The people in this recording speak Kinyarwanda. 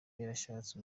yarashatse